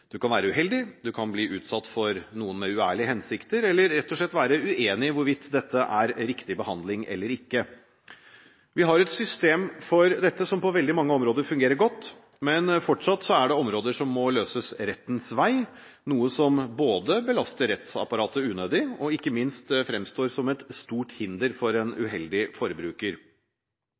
kan være uheldig, bli utsatt for noen med uærlige hensikter eller rett og slett være uenig i hvorvidt dette er riktig behandling eller ikke. Vi har et system for dette som på veldig mange områder fungerer godt, men fortsatt er det områder som må løses rettens vei, noe som både belaster rettsapparatet unødig og ikke minst fremstår som et stort hinder for en uheldig forbruker.